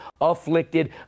afflicted